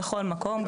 בכל מקום,